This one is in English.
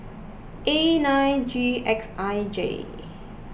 A nine G X I J